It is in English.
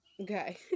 Okay